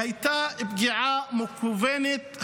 הייתה פגיעה מכוונת,